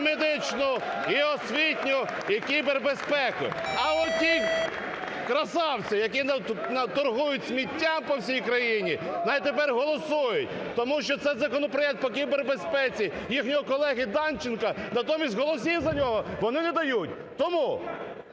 і медичну, і освітню, і кібербезпеку. А оті красавці, які тут торгують сміттям по всій країні, най тепер голосують, тому що це законопроект по кібербезпеці їхнього колеги Данченка, натомість голосів за нього вони не дають. Тому